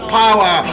power